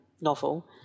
novel